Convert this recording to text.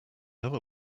other